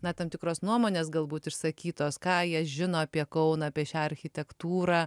na tam tikros nuomonės galbūt išsakytos ką jie žino apie kauną apie šią architektūrą